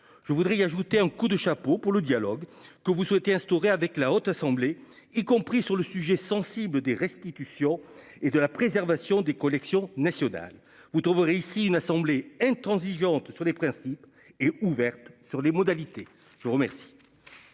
je voudrais ajouter un coup de chapeau pour le dialogue que vous souhaitez instaurer avec la Haute, y compris sur le sujet sensible des restitutions et de la préservation des collections nationales, vous trouverez ici une assemblée intransigeante sur les principes et ouverte sur les modalités, je vous remets.